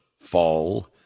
fall